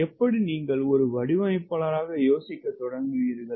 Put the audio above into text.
எப்படி நீங்கள் ஒரு வடிவமைப்பாளராக யோசிக்க தொடங்குவீர்கள்